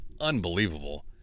unbelievable